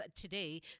today